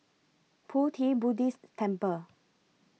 Pu Ti Buddhist Temple